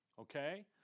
Okay